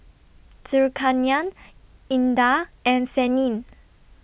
Zulkarnain Indah and Senin